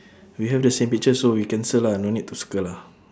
we have the same picture so we cancel lah no need to circle lah